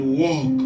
walk